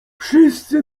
wszyscy